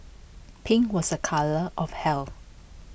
pink was A colour of health